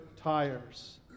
tires